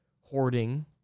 hoarding